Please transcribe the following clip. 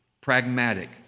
Pragmatic